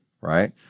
right